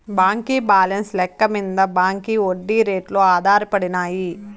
బాంకీ బాలెన్స్ లెక్క మింద బాంకీ ఒడ్డీ రేట్లు ఆధారపడినాయి